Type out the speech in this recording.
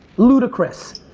ludicrous.